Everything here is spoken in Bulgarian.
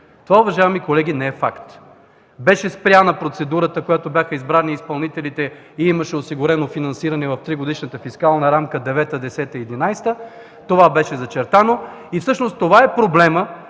Това, уважаеми колеги, не е факт. Беше спряна процедурата, по която бяха избрани изпълнителите и имаше осигурено финансиране в 3-годишната фискална рамка 2009-2010-2011 г. Беше зачертано и всъщност това е проблемът,